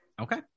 Okay